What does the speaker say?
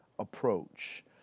approach